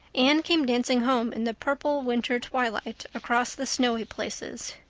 anne came dancing home in the purple winter twilight across the snowy places.